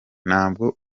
ntabwo